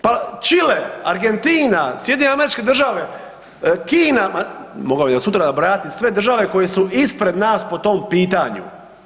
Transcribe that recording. Pa Čile, Argentina, SAD, Kina, ma mogao bi do sutra nabrajati sve države koje su ispred nas po tom pitanju.